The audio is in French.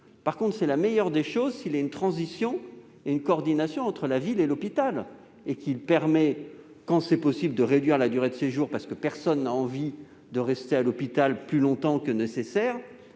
hospitaliers. C'est la meilleure des choses, en revanche, s'il représente une transition et une coordination entre la ville et l'hôpital, donc s'il permet, quand c'est possible, de réduire la durée de séjour, parce que personne n'a envie de rester à l'hôpital plus longtemps que nécessaire,